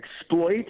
exploit